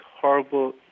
horrible